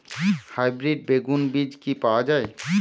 Hybrid বেগুন বীজ কি পাওয়া য়ায়?